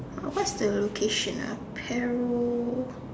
what's the occasion ah Paro